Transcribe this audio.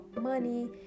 money